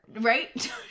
right